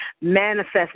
Manifest